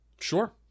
Sure